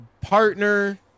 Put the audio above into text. partner